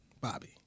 Bobby